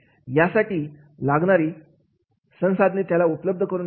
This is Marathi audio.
आहे यासाठी लागणारी संसाधने त्याला उपलब्ध करून देणे